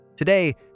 Today